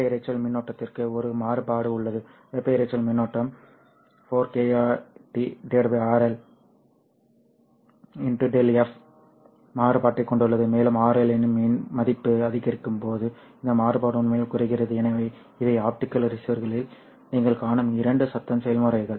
வெப்ப இரைச்சல் மின்னோட்டத்திற்கு ஒரு மாறுபாடு உள்ளது வெப்ப இரைச்சல் மின்னோட்டம் 4 KT RL off இன் மாறுபாட்டைக் கொண்டுள்ளது மேலும் RL இன் மதிப்பு அதிகரிக்கும்போது இந்த மாறுபாடு உண்மையில் குறைகிறது எனவே இவை ஆப்டிகல் ரிசீவர்களில் நீங்கள் காணும் இரண்டு சத்தம் செயல்முறைகள்